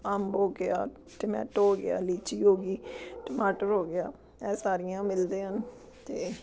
ਅੰਬ ਹੋ ਗਿਆ ਟਮੈਟੋ ਹੋ ਗਿਆ ਲੀਚੀ ਹੋ ਗਈ ਟਮਾਟਰ ਹੋ ਗਿਆ ਇਹ ਸਾਰੀਆਂ ਮਿਲਦੇ ਹਨ ਅਤੇ